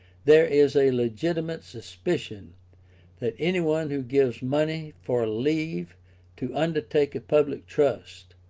there is a legitimate suspicion that any one who gives money for leave to undertake a public trust,